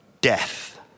death